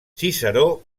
ciceró